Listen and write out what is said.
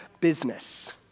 business